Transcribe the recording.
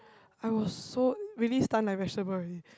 I was so really stunned like vegetable already